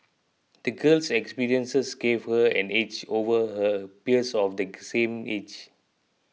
the girl's experiences gave her an edge over her peers of the same age